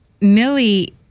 Millie